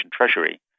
Treasury